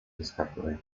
discovery